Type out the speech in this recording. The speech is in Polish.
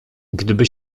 gdyby